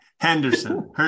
Henderson